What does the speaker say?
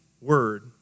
word